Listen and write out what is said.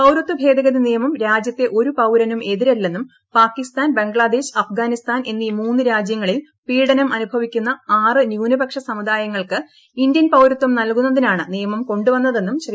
പൌരത്വഭേദഗതി നിയമം രാജ്യത്തെ ഒരു പൌരനും എതിരല്ലെന്നും പാകിസ്ഥാൻ ബംഗ്ലാദേശ് അഫ്ഗാനിസ്ഥാൻ എന്നീ മൂന്ന് രാജ്യങ്ങളിൽ പീഢനം അനുഭവിക്കുന്ന ആറ് ന്യൂനപക്ഷ സമുദായങ്ങൾക്ക് ഇന്ത്യൻ പൌരത്വം നൽകുന്നതിനാണ് നിയമം കൊണ്ടുവന്നതെന്നും ശ്രീ